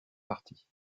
partie